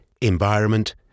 environment